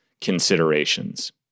considerations